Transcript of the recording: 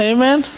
Amen